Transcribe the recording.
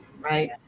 right